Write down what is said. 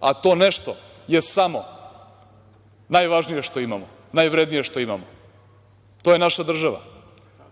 a to nešto je samo najvažnije što imamo, najvrednije što imamo. To je naša država,